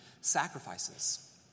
sacrifices